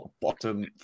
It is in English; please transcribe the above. bottom